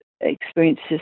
experiences